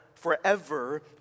forever